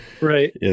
right